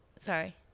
Sorry